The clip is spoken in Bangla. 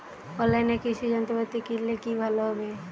অনলাইনে কৃষি যন্ত্রপাতি কিনলে কি ভালো হবে?